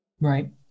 Right